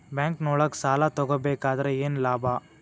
ಬ್ಯಾಂಕ್ನೊಳಗ್ ಸಾಲ ತಗೊಬೇಕಾದ್ರೆ ಏನ್ ಲಾಭ?